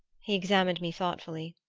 he examined me thoughtfully.